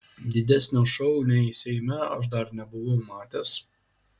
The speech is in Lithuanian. didesnio šou nei seime aš dar nebuvau matęs